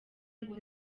ngo